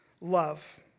love